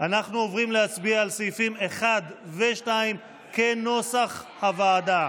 אנחנו עוברים להצביע על סעיפים 1 ו-2 כנוסח הוועדה.